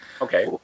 Okay